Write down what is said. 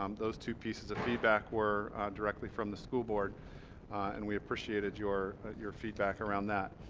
um those two pieces of feedback were directly from the school board and we appreciated your your feedback around that